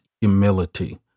humility